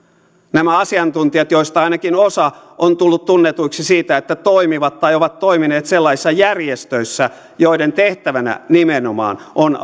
nämä asiantuntijat joista ainakin osa on tullut tunnetuksi siitä että toimivat tai ovat toimineet sellaisissa järjestöissä joiden tehtävänä nimenomaan on